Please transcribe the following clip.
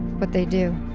but they do.